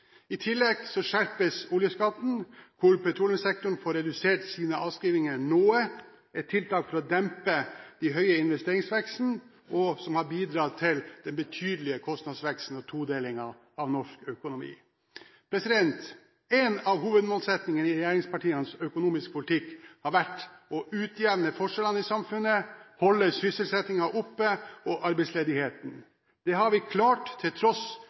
I tillegg skjerpes oljeskatten, hvor petroleumssektoren får redusert sine avskrivninger noe, et tiltak for å dempe den høye investeringsveksten som har bidratt til den betydelige kostnadsveksten og todelingen av norsk økonomi. En av hovedmålsettingene i regjeringspartienes økonomiske politikk har vært å utjevne forskjellene i samfunnet, holde sysselsettingen oppe og arbeidsledigheten nede. Det har vi klart til tross